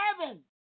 heaven